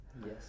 Yes